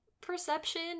perception